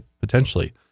potentially